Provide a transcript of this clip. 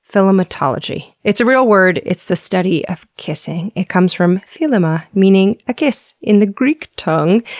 philematology. it's a real word. it's the study of kissing. it comes from philema, meaning a kiss in the greek tongue.